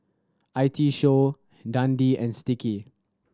I T Show Dundee and Sticky